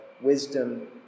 wisdom